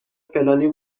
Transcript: فلانی